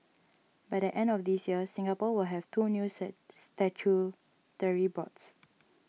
by the end of this year Singapore will have two new set statutory boards